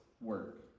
work